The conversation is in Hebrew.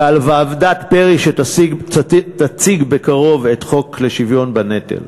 ועל ועדת פרי שתציג בקרוב את החוק לשוויון בנטל.